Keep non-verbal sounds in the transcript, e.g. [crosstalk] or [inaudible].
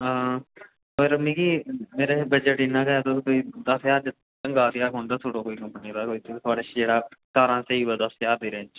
हां पर मिगी मेरे कच्छ बजट इन्ना गै तुस कोई दस ज्हार तक ढंगै दा फोन दस्सी ओड़ो कोई कम्पनी दा कोई [unintelligible] स्हेई कोई दस ज्हार दी रेंज च